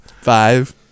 five